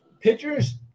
pitchers